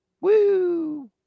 Woo